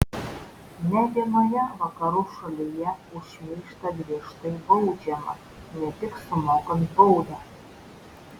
ne vienoje vakarų šalyje už šmeižtą griežtai baudžiama ne tik sumokant baudą